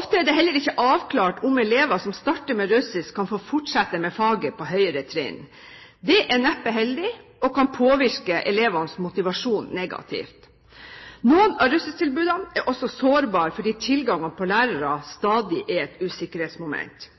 Ofte er det heller ikke avklart om elever som starter med russisk, kan få fortsette med faget på høyere trinn. Dette er neppe heldig og kan påvirke elevenes motivasjon negativt. Noen av russisktilbudene er også sårbare fordi tilgangen på lærere stadig er et usikkerhetsmoment.